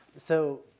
so,